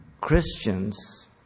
Christians